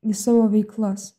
į savo veiklas